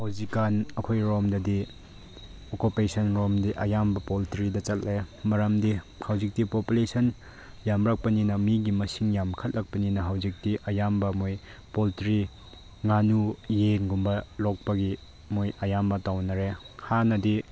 ꯍꯧꯖꯤꯛꯀꯥꯟ ꯑꯩꯈꯣꯏꯔꯣꯝꯗꯗꯤ ꯑꯣꯛꯀꯣꯄꯦꯁꯟ ꯂꯣꯝꯗꯤ ꯑꯌꯥꯝꯕ ꯄꯣꯜꯇ꯭ꯔꯤꯗ ꯆꯠꯂꯦ ꯃꯔꯝꯗꯤ ꯍꯧꯖꯤꯛꯇꯤ ꯄꯣꯄꯨꯂꯦꯁꯟ ꯌꯥꯝꯂꯛꯄꯅꯤꯅ ꯃꯤꯒꯤ ꯃꯁꯤꯡ ꯌꯥꯝꯈꯠꯂꯛꯄꯅꯤꯅ ꯍꯧꯖꯤꯛꯇꯤ ꯑꯌꯥꯝꯕ ꯃꯣꯏ ꯄꯣꯜꯇ꯭ꯔꯤ ꯉꯥꯅꯨ ꯌꯦꯟꯒꯨꯝꯕ ꯂꯣꯏꯄꯒꯤ ꯃꯣꯏ ꯑꯌꯥꯝꯕ ꯇꯧꯅꯔꯦ ꯍꯥꯟꯅꯗꯤ